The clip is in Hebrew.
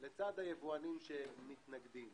ושיש את היבואנים שמתנגדים.